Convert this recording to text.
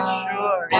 sure